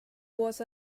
was